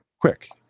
quick